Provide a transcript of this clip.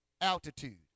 Altitude